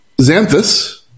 Xanthus